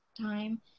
time